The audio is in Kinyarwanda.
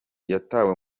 yatawe